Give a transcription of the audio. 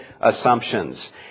assumptions